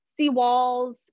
seawalls